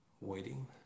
Waiting